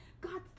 God